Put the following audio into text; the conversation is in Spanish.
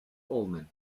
oldman